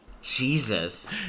jesus